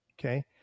okay